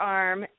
arm